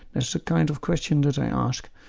that's the kind of question that i ask,